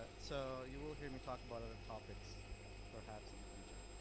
so you will hear me talk about other topics perhaps in the future.